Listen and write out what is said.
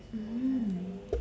mm